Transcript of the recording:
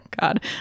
God